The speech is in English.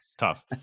tough